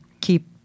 keep